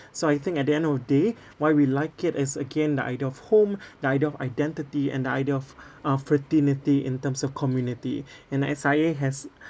so I think at the end of day why we like it as again the idea of home the idea of identity and the idea of uh fraternity in terms of community and then S_I_A has